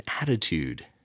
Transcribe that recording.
attitude